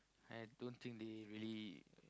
I don't think they really